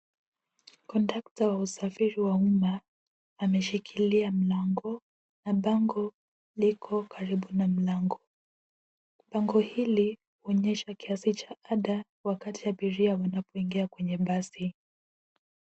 Kondakta wa usafiri wa umma ameshikilia mlango na bango liko karibu na mlango. Bango hili huonyesha kiasi cha ada wakati abiria wanapoingia kwenye basi.